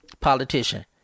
politician